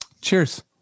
Cheers